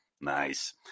Nice